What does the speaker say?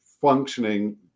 functioning